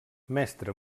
mestre